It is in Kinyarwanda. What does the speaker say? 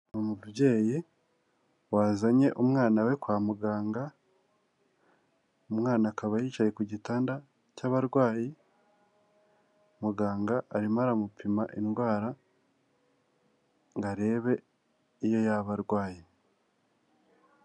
Ni umubyeyi wazanye umwana we kwa muganga, umwana akaba yicaye ku gitanda cy'abarwayi, muganga arimo aramupima indwara ngo arebe iyo yaba arwaye.